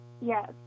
Yes